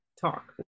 talk